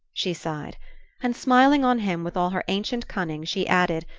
she sighed and smiling on him with all her ancient cunning she added,